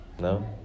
No